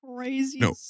Crazy